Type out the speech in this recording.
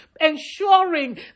ensuring